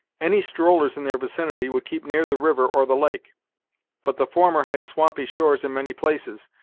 any strollers in their vicinity would keep near the river or the lake but the former had swampy shores in many places,